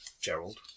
Gerald